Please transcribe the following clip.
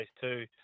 two